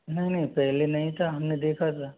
नहीं नहीं पहले नहीं था हमने देखा था